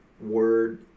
word